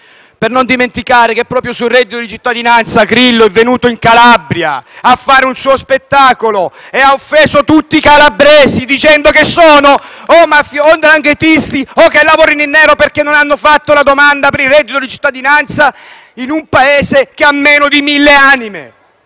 e non di questo falso reddito. Proprio sul reddito di cittadinanza Grillo è andato in Calabria a fare il suo spettacolo e ha offeso tutti i calabresi dicendo che sono 'ndranghetisti o lavorano in nero perché non hanno fatto la domanda per il reddito di cittadinanza in un paese che ha meno di mille anime.